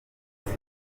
isi